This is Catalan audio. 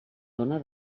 dóna